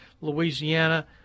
Louisiana